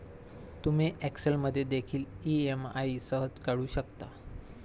तुम्ही एक्सेल मध्ये देखील ई.एम.आई सहज काढू शकता